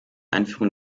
einführung